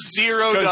zero